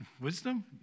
wisdom